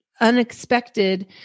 unexpected